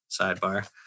sidebar